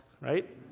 right